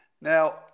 Now